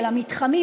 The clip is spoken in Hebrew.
של המתחמים,